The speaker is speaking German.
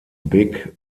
big